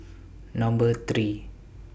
Number three